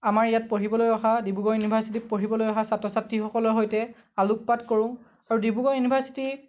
আমাৰ ইয়াত পঢ়িবলৈ অহা ডিব্ৰুগড় ইউনিভাৰ্ছিটিত পঢ়িবলৈ অহা ছাত্ৰ ছাত্ৰীসকলৰ সৈতে আলোকপাত কৰোঁ আৰু ডিব্ৰুগড় ইউনিভাৰ্ছিটি